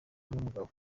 numugabo